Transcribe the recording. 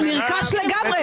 זה נרכש לגמרי.